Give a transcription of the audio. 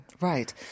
Right